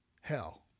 hell